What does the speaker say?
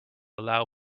allow